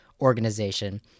organization